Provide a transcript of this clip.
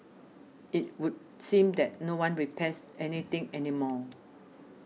it would seem that no one repairs any thing any more